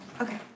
Okay